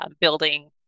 building